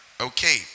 okay